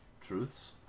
truths